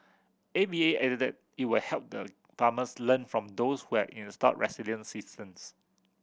A V A added that it will help the farmers learn from those who have installed resilient systems